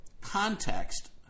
context